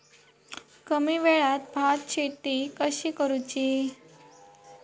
कमी वेळात भात शेती कशी करुची?